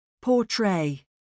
Portray